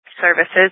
services